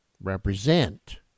represent